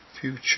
future